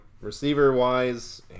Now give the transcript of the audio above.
Receiver-wise